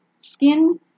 skin